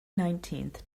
nineteenth